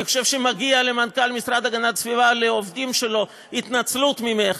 אני חושב שמגיע למנכ"ל המשרד להגנת הסביבה ולעובדים שלו התנצלות ממך,